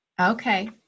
okay